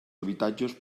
habitatges